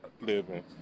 living